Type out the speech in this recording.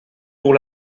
pour